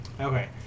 Okay